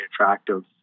attractive